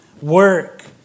work